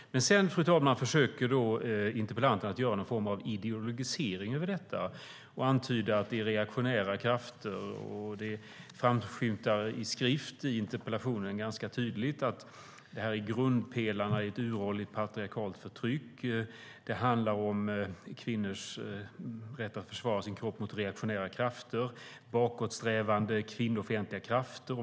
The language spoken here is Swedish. Men sedan, fru talman, försöker interpellanten göra någon form av ideologisering av detta och antyda att det är reaktionära krafter. Det framskymtar i skrift i interpellationen ganska tydligt att detta är grundpelarna i ett uråldrigt patriarkalt förtryck och att det handlar om kvinnors rätt att försvara sin kropp mot reaktionära, bakåtsträvande kvinnofientliga krafter.